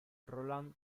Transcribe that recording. roland